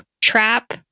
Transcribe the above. trap